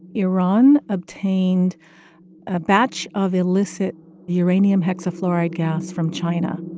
iran obtained a batch of illicit uranium hexafluoride gas from china